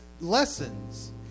lessons